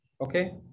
okay